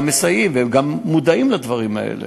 גם מסייעים וגם מודעים לדברים האלה.